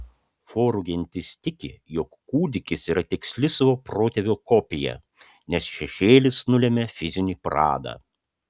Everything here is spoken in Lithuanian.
forų gentis tiki jog kūdikis yra tiksli savo protėvio kopija nes šešėlis nulemia fizinį pradą